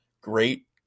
great